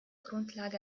grundlage